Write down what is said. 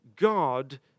God